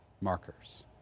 markers